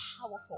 powerful